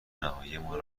نهاییمان